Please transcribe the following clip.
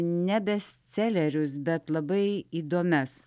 ne bestselerius bet labai įdomias